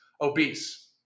Obese